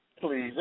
Please